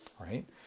Right